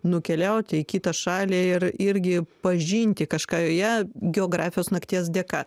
nukeliauti į kitą šalį ir irgi pažinti kažką joje geografijos nakties dėka